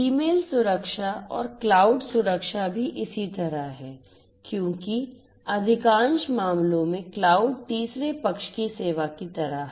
email सुरक्षा और cloud सुरक्षा भी इसी तरह है क्योंकि अधिकांश मामलों में क्लाउड तीसरे पक्ष की सेवा की तरह है